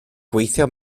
gweithio